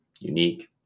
unique